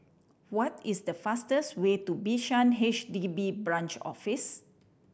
what is the fastest way to Bishan H D B Branch Office